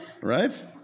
Right